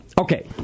Okay